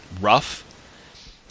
rough